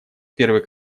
первый